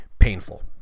Painful